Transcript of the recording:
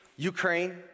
Ukraine